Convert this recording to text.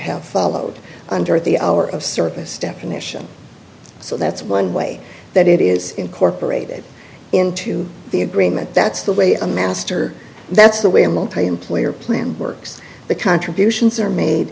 have followed under the hour of service definition so that's one way that it is incorporated into the agreement that's the way america stor that's the way multiemployer plan works the contributions are made